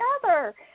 together